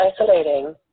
isolating